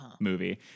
movie